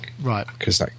Right